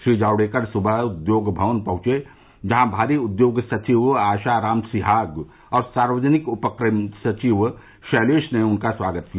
श्री जावड़ेकर सुबह उद्योग भवन पहुंचे जहां भारी उद्योग सचिव आशा राम सिहाग और सार्वजनिक उपक्रम सचिव शैलेष ने उनका स्वागत किया